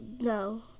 no